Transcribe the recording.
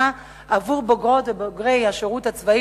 עבור בוגרות ובוגרי השירות הצבאי,